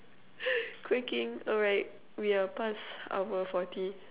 quaking alright we are past our forty